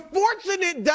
fortunate